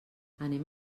anem